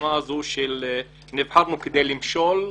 הסיסמה הזאת שנבחרנו כדי למשול.